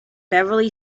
beverley